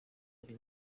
ali